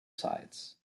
sides